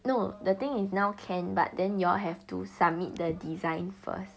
no the thing is now can but then you all have to submit the design first